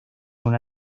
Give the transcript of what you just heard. una